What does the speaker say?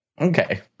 Okay